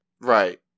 Right